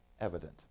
evident